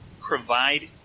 provide